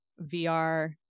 VR